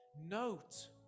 note